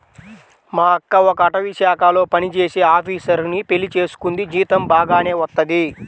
మా అక్క ఒక అటవీశాఖలో పనిజేసే ఆపీసరుని పెళ్లి చేసుకుంది, జీతం బాగానే వత్తది